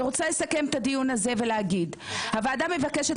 אני רוצה לסכם את הדיון הזה ולהגיד הוועדה מבקשת